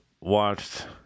watched